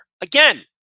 Again